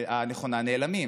הנכונה, נעלמים,